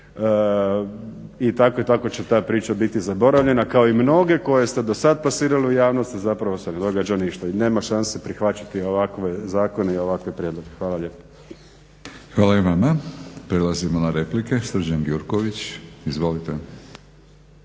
I tako i tako će ta priča biti zaboravljena kao i mnoge koje ste do sada plasirali u javnost, a zapravo se ne događa ništa i nema šanse prihvaćati ovakve zakone i ovakve prijedloge. Hvala lijepo. **Batinić, Milorad (HNS)** Hvala i vama. Prelazimo na replike. Srđan Gjurković. Izvolite.